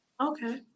Okay